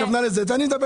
אני אגיד